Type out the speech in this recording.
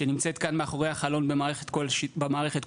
שנמצאת כאן מאחורי החלון במערכת כל השידור.